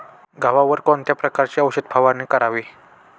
गव्हावर कोणत्या प्रकारची औषध फवारणी करावी?